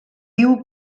diu